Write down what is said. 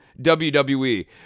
WWE